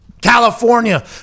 California